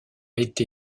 été